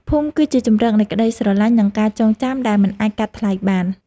ភូមិគឺជាជម្រកនៃក្ដីស្រឡាញ់ និងការចងចាំដែលមិនអាចកាត់ថ្លៃបាន។